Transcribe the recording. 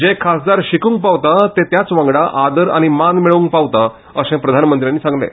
जे खासदार शिक्रूंक पावता ते त्याच वांगडा आदर आनी मान मेळोंवक पावता अशें प्रधानमंज्यांनी सांगले